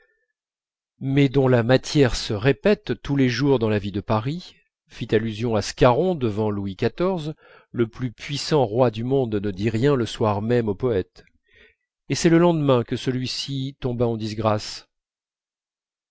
mais dont la matière se répète tous les jours dans la vie de paris fit allusion à scarron devant louis xiv le plus puissant roi du monde ne dit rien le soir même au poète et c'est le lendemain que celui-ci tomba en disgrâce